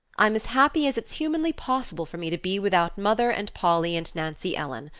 i'm as happy as it's humanly possible for me to be without mother, and polly, and nancy ellen.